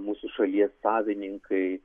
mūsų šalies savininkai